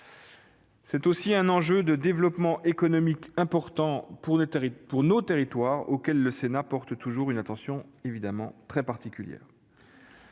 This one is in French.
C'est aussi un enjeu de développement économique important pour nos territoires, auxquels le Sénat porte toujours une attention particulière.